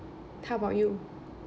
how about you